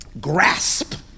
grasp